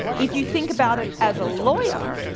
if you think about it as a lawyer,